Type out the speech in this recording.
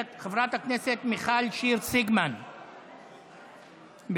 חברת הכנסת מיכל שיר סגמן, בבקשה.